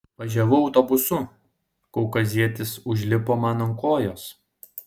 važiavau autobusu kaukazietis užlipo man ant kojos